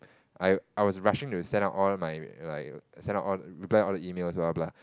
I I was rushing to send out all my my send out reply all the emails blah blah blah